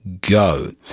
go